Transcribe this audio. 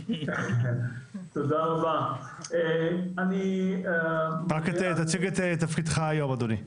לכנסת, רק תציג את תפקידך היום אדוני.